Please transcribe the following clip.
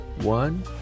One